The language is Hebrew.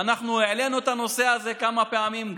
ואנחנו העלינו את הנושא הזה כמה פעמים,